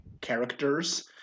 characters